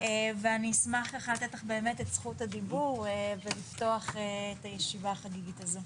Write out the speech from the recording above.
ואני אשמח לתת לך באמת את זכות הדיבור ולפתוח את הישיבה החגיגית הזו.